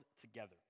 together